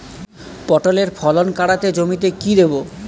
পটলের ফলন কাড়াতে জমিতে কি দেবো?